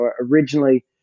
originally